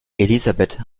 elisabeth